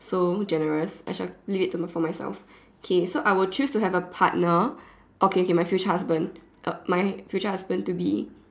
so generous I shall leave it to for myself okay so I will choose to have a partner okay okay my future husband uh my future husband to be